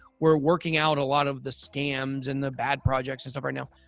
we're working out a lot of the scams and the bad projects and stuff right now.